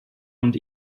und